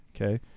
okay